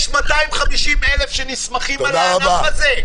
יש 250,000 שנסמכים על הענף הזה.